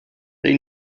they